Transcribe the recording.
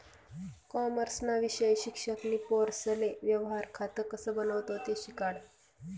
कॉमर्सना विषय शिक्षक नी पोरेसले व्यवहार खातं कसं बनावो ते शिकाडं